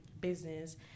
business